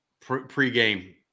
pregame